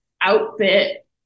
outfit